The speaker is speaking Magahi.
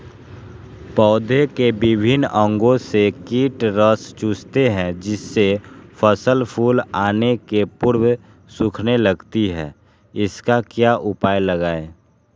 पौधे के विभिन्न अंगों से कीट रस चूसते हैं जिससे फसल फूल आने के पूर्व सूखने लगती है इसका क्या उपाय लगाएं?